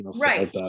Right